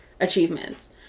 achievements